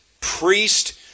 priest